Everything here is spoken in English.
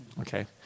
okay